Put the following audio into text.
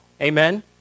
Amen